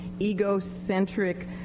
egocentric